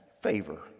favor